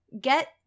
get